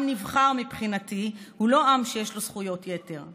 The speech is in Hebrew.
עם נבחר, מבחינתי, הוא לא עם שיש לו זכויות יתר.